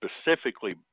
specifically